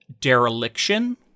dereliction